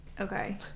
Okay